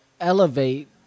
elevate